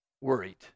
Worried